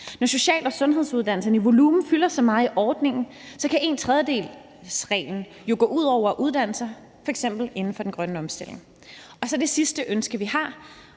Når social- og sundhedsuddannelserne i volumen fylder så meget i ordningen, kan 1/3-reglen jo gå ud over uddannelser, f.eks. inden for den grønne omstilling. Det sidste ønske, vi har